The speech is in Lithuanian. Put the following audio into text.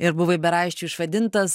ir buvai beraščiu išvadintas